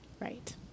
Right